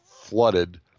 flooded